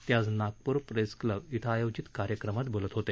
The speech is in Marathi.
ते आज नागपूर प्रेस क्लब क्रें आयोजित कार्यक्रमात बोलत होते